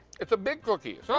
it's a big cookie.